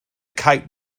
kite